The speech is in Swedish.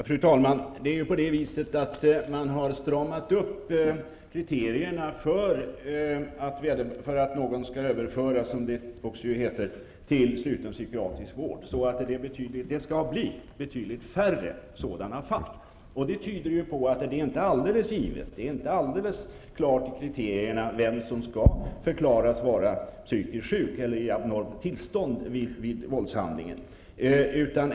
Fru talman! Kriterierna för när någon skall överföras till sluten psykiatrisk vård har stramats upp. Det skall bli betydligt färre sådana fall. Det tyder på att det inte är alldeles givet och framgår inte klart av kriterierna vem som skall förklaras såsom varande psykiskt sjuk eller i abnormt tillstånd vid våldshandlingen.